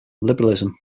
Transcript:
liberalism